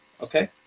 okay